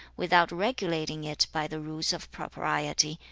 without regulating it by the rules of propriety,